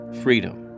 freedom